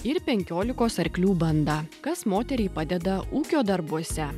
ir penkiolikos arklių bandą kas moteriai padeda ūkio darbuose